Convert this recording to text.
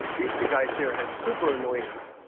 these two guys here had super anointings